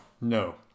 no